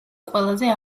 ყველაზე